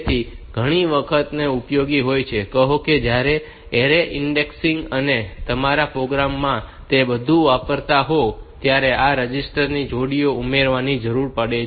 તેથી ઘણી વખત તે ઉપયોગી હોય છે કહો કે જયારે તમે એરે ઇન્ડેક્સીંગ અને તમારા પ્રોગ્રામ માં તે બધું વાપરતા હોવ ત્યારે આ રજિસ્ટર જોડીઓ ઉમેરવાની જરૂર પડે છે